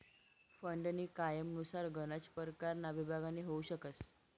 फंडनी कायनुसार गनच परकारमा विभागणी होउ शकस